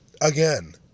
again